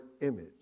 image